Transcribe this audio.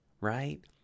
right